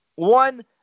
One